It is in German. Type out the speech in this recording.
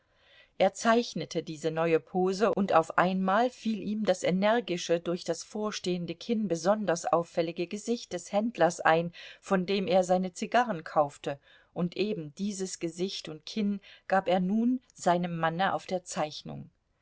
er zeichnete diese neue pose und auf einmal fiel ihm das energische durch das vorstehende kinn besonders auffällige gesicht des händlers ein von dem er seine zigarren kaufte und eben dieses gesicht und kinn gab er nun seinem manne auf der zeichnung